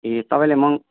ए तपाईँले मङ